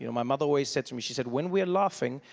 you know my mother always said to me, she said when we are laughing,